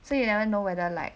so you never know whether like